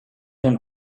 him